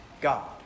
God